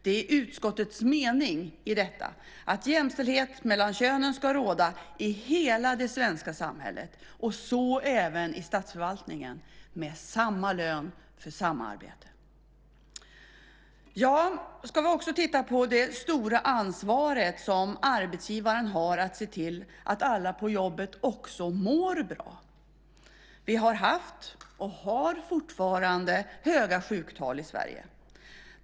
Det är utskottets mening i detta att jämställdhet mellan könen ska råda i hela det svenska samhället - och så även i statsförvaltningen med samma lön för samma arbete. Vi ska också titta på det stora ansvaret som arbetsgivaren har att se till att alla på jobbet också mår bra. Vi har haft och har fortfarande höga sjuktal i Sverige.